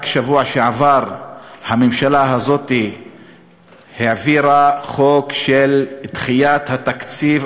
רק בשבוע שעבר הממשלה הזאת העבירה חוק של דחיית התקציב,